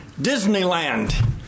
Disneyland